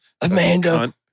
Amanda